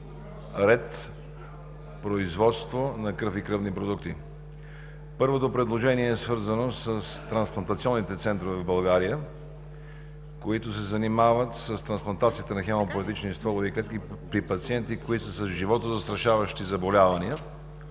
ред, производство на кръв и кръвни продукти. Първото предложение е свързано с трансплантационните центрове в България, които се занимават с трансплантацията на хемопоетични стволови клетки при пациенти, които са с животозастрашаващи заболявания